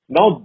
Now